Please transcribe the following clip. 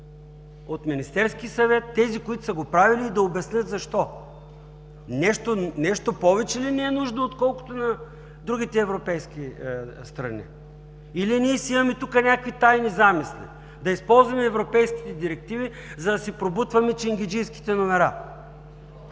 законопроекта, тези, които са го правили, и да обяснят защо. Нещо повече ли ни е нужно, отколкото на другите европейски страни, или ние си имаме тук някакви тайни замисли – да използваме европейските директиви, за да си пробутваме ченгеджийските номера?